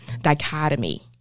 dichotomy